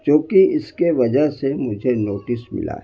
جو کہ اس کے وجہ سے مجھے نوٹس ملا ہے